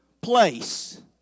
place